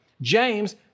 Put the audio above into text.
James